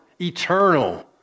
eternal